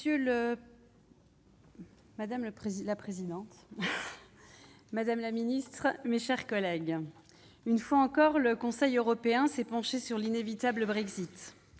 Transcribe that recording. Madame la présidente, madame la secrétaire d'État, mes chers collègues, une fois encore, le Conseil européen s'est penché sur l'inévitable Brexit.